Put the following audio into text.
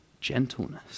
gentleness